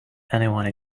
anyone